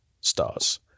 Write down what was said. stars